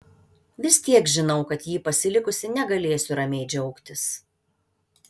vis tiek žinau kad jį pasilikusi negalėsiu ramiai džiaugtis